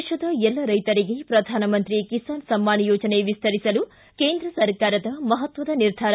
ದೇಶದ ಎಲ್ಲ ರೈತರಿಗೆ ಪ್ರಧಾನಮಂತ್ರಿ ಕಿಸಾನ್ ಸಮ್ನಾನ ಯೋಜನೆ ವಿಸ್ತರಿಸಲು ಕೇಂದ್ರ ಸರ್ಕಾರದ ಮಹತ್ವದ ನಿರ್ಧಾರ